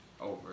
over